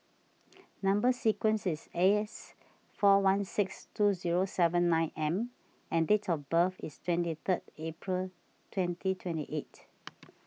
Number Sequence is S four one six two zero seven nine M and date of birth is twenty third April twenty twenty eight